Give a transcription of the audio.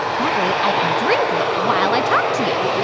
that way, i can drink it while i talk to you.